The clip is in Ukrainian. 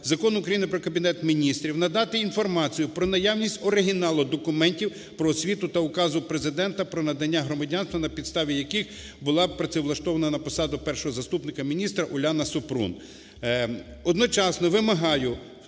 Закону України "Про Кабінет Міністрів" надати інформацію про наявність оригіналу документів про освіту та указу Президента про надання громадянства, на підставі яких була працевлаштована на посаду першого заступника міністра Уляна Супрун.